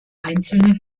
einzelne